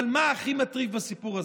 אבל מה הכי מטריד בסיפור הזה?